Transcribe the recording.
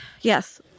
yes